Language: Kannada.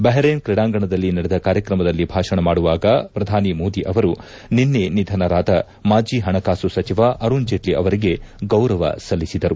ಬಹ್ರೇನ್ ಕ್ರೀಡಾಂಗಣದಲ್ಲಿ ನಡೆದ ಕಾರ್ಯಕ್ರಮದಲ್ಲಿ ಭಾಷಣ ಮಾಡುವಾಗ ಪ್ರಧಾನಿ ಮೋದಿ ಅವರು ನಿನ್ನೆ ನಿಧನರಾದ ಮಾಜಿ ಹಣಕಾಸು ಸಚಿವ ಅರುಣ್ ಜೇಟ್ಲಿ ಅವರಿಗೆ ಗೌರವ ಸಲ್ಲಿಸಿದರು